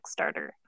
Kickstarter